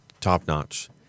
top-notch